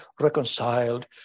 reconciled